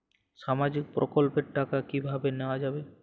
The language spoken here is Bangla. সামাজিক প্রকল্পের টাকা কিভাবে নেওয়া যাবে?